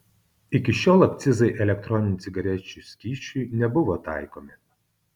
iki šiol akcizai elektroninių cigarečių skysčiui nebuvo taikomi